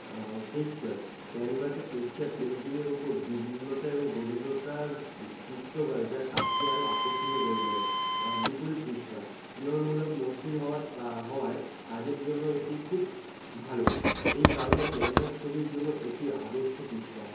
texture ক্যানভাসে texture পেন্টিংয়ের ওপর বিভিন্নতা এবং গভীরতার যু যুক্ত করে যা কাজকে আরও আকর্ষণীয় করে তোলে বিপরীত পৃষ্ঠা তুলনামূলক মসৃণ হওয়ার কা হওয়ায় কাজের জন্য এটি খুব ভালো এই কারণে ক্যানভাস ছবির জন্য এটি আদর্শ পৃষ্ঠা